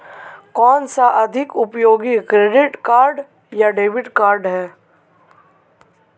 कौनसा अधिक उपयोगी क्रेडिट कार्ड या डेबिट कार्ड है?